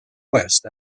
west